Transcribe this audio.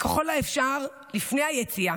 וככל האפשר לפני היציאה,